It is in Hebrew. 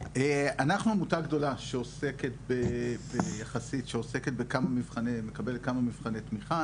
אנחנו עמותה גדולה שמקבלת כמה מבחני תמיכה,